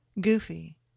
goofy